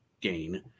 gain